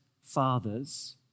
fathers